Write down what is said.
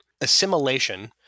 assimilation